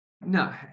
no